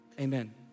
Amen